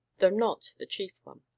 though not the chief one.